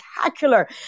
spectacular